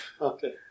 Okay